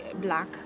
black